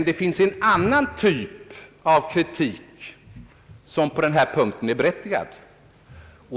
Det finns en annan typ av kritik, som på denna punkt är berättigad.